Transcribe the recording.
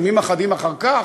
ימים אחדים אחר כך,